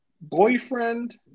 boyfriend